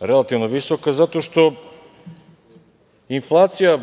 Relativno visoka zato što inflacija